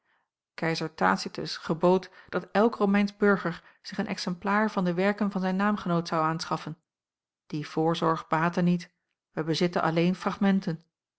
keizer tacitus gebood dat elk romeinsch burger zich een exemplaar van de werken van zijn naamgenoot zou aanschaffen die voorzorg baatte niet wij bezitten alleen fragmenten